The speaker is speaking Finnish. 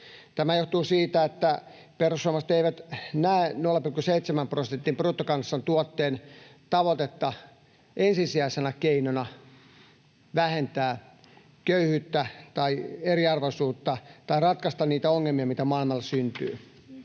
Tämä johtuu siitä, että perussuomalaiset eivät näe 0,7 prosentin tavoitetta bruttokansantuotteesta ensisijaisena keinona vähentää köyhyyttä tai eriarvoisuutta tai ratkaista niitä ongelmia, joita maailmalla syntyy.